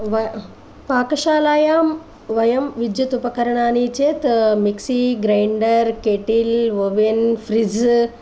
पाकशालायां वयं विद्युत् उपकरणानि चेत् mixie grinder kettle oven fridge